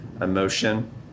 emotion